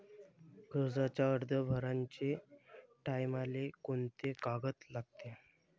कर्जाचा अर्ज भराचे टायमाले कोंते कागद लागन?